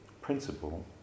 principle